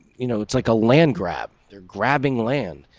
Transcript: you know, it's like a land grab, their grabbing land.